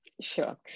Sure